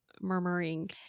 Murmuring